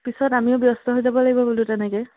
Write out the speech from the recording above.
পিছত আমিও ব্যস্ত হৈ যাব লাগিব বোলো তেনেকে